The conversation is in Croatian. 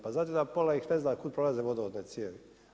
Pa znate da pola ih ne zna kud prolaze vodovodne cijevi.